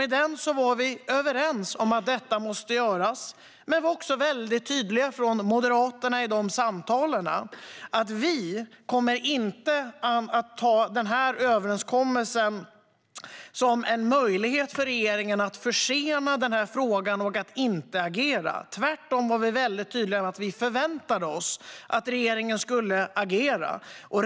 I den var vi överens om att detta måste göras, men vi moderater var väldigt tydliga i de samtalen med att vi inte kommer att ta denna överenskommelse som en möjlighet för regeringen att försena den här frågan och inte agera. Tvärtom var vi tydliga med att vi förväntade oss att regeringen skulle agera.